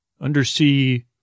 undersea